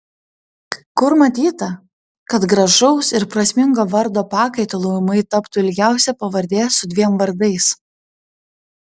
kur matyta kad gražaus ir prasmingo vardo pakaitalu ūmai taptų ilgiausia pavardė su dviem vardais